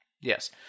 Yes